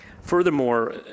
Furthermore